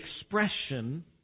expression